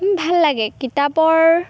ভাল লাগে কিতাপৰ